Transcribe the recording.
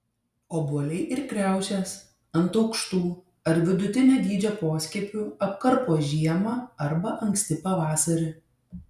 obuoliai ir kriaušės ant aukštų ar vidutinio dydžio poskiepių apkarpo žiemą arba anksti pavasarį